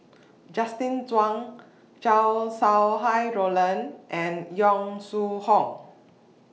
Justin Zhuang Chow Sau Hai Roland and Yong Shu Hoong